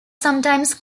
sometimes